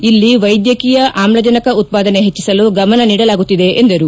ಇಲ್ಲಿ ವೈದ್ಯಕೀಯ ಆಮ್ಲಜನಕ ಉತ್ಪಾದನೆ ಹೆಚ್ಚಿಸಲು ಗಮನ ನೀಡಲಾಗುತ್ತಿದೆ ಎಂದರು